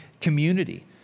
community